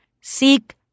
seek